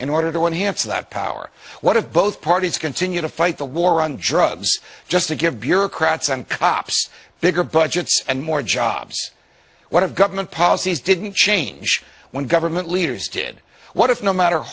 in order to enhance that power what have both parties continue to fight the war on drugs just to give bureaucrats and cops bigger budgets and more jobs what have government policies didn't change when government leaders did what if no matter